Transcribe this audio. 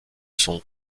son